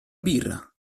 birra